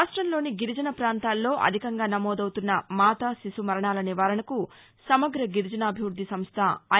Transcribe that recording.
రాష్టంలోని గిరిజన పాంతాల్లో అధికంగా నమోదవుతున్న మాతా శిశు మరణాల నివారణకు సమగ్ర గిరిజనాభివృద్ది సంస్థ ఐ